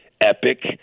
epic